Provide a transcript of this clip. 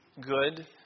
good